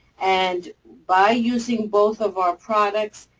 and by using both of our products,